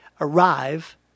arrive